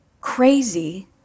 crazy